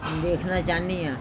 ਵੇਖਣਾ ਚਾਹੁੰਦੀ ਹਾਂ